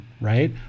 right